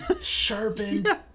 sharpened